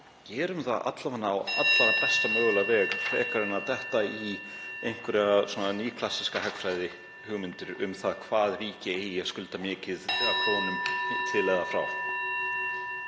gerum það alla vega á allra besta mögulega veg frekar en að detta í einhverjar nýklassískar hagfræðihugmyndir um það hvað ríki eigi að skulda mikið eða